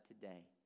today